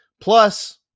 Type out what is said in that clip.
Plus